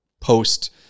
post